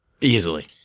Easily